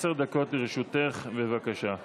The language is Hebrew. עשר דקות לרשותך, בבקשה.